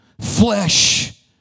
Flesh